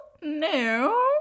No